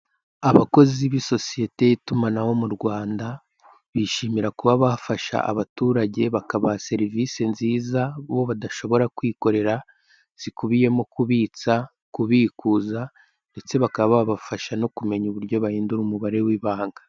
Abakozi bisosiyete y'itumanaho mu Rwanda bishimira kuba bafasha abaturage bakabaha serivise nziza bo badashobora kwikorera zikubiyemo kubitsa, kubikuza ndetse bakaba babafasha no kumenye uburyo bahindura umubare w'ibanga.